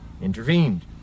intervened